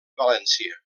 valència